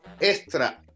extra